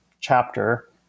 chapter